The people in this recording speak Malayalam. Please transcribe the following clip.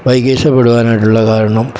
ബൈക്ക് ഇഷ്ട്ടപ്പെടുവാനായിട്ടുള്ള കാരണം